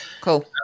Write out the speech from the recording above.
Cool